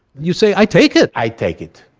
you say, i take it i take it.